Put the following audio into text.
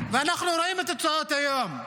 ואנחנו רואים את התוצאות היום,